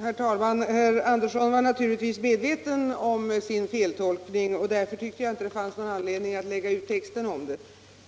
Herr talman! Herr Andersson i Lycksele var naturligtvis medveten om sin feltolkning, och därför tycker jag inte det finns anledning att lägga ut texten.